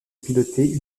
piloter